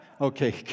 Okay